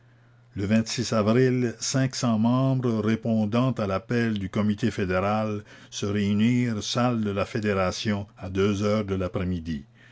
e avril cinq cents membres répondant à l'appel du comité fédéral se réunirent salle de la fédération à deux heures de l'après-midi